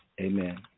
Amen